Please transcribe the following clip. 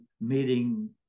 meeting